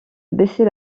baissait